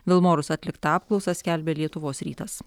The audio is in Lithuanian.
vilmorus atliktą apklausą skelbia lietuvos rytas